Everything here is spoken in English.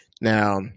Now